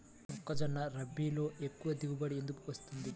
మొక్కజొన్న రబీలో ఎక్కువ దిగుబడి ఎందుకు వస్తుంది?